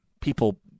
People